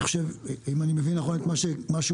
בעמוד הראשון